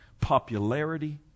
popularity